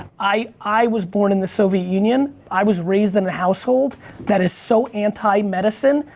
i i was born in the soviet union. i was raised in a household that is so anti medicine.